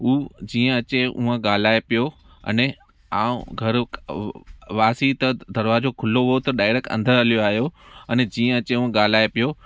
हूअ जीअं अचे हूअं ॻाल्हाये पियो अने ऐं घर हुआसीं त दरवाजो खुलो हुओ त डायरैक अंदरि हली आयो अने जीअं अचे हूअं ॻाल्हाये पियो